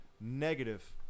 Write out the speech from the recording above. Negative